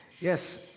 Yes